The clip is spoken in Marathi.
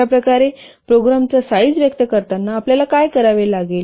अशाप्रकारे प्रोग्रामचा साईज व्यक्त करताना आपल्याला काय करावे लागेल